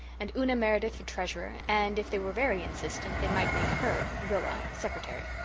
and una meredith for treasurer and, if they were very insistent, they might make her, rilla, secretary.